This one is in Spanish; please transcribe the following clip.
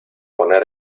poner